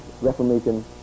reformation